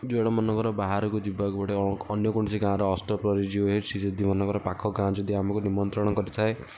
ଜଣେ ମନେକର ବାହାରକୁ ଯିବାକୁ ପଡ଼େ ଅନ୍ୟ କୌଣସି ଗାଁର ଅଷ୍ଟପ୍ରହରୀ ଯେଉଁ ହୁଏ ସେ ଯଦି ମନେକର ପାଖ ଗାଁ ଯଦି ଆମକୁ ନିମନ୍ତ୍ରଣ କରିଥାଏ